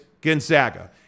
Gonzaga